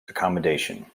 accommodation